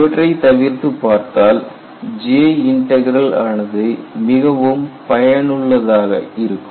இவற்றைத் தவிர்த்துப் பார்த்தால் J இன்டக்ரல் ஆனது மிகவும் பயனுள்ளதாக இருக்கும்